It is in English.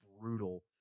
brutal